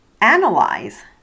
analyze